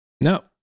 no